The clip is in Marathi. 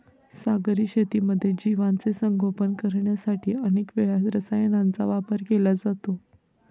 सागरी शेतीमध्ये जीवांचे संगोपन करण्यासाठी अनेक वेळा रसायनांचा वापर केला जातो